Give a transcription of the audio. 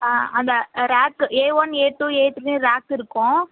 ஆ அந்த rack A one A two A த்ரீன்னு rack இருக்கும்